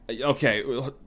Okay